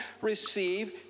receive